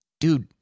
dude